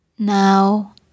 now